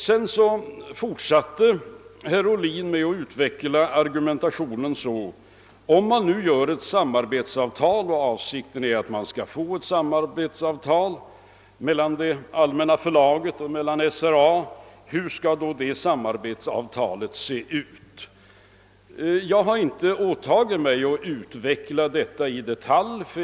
Herr Ohlin fortsatte med att utveckla argumentationen och frågade: Om man nu sluter ett samarbetsavtal — avsikten är ju att man skall få till stånd ett sådant avtal mellan det allmänna förlaget och SRA — hur skall då detta samarbetsavtal se ut? Jag kan inte åta mig att utveckla detta i detalj.